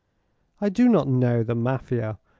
i do not know the mafia.